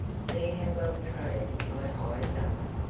see how well trained my eyes are.